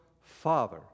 Father